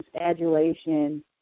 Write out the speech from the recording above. adulation